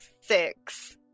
six